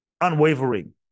unwavering